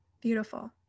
Beautiful